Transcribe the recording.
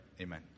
Amen